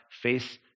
face